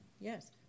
Yes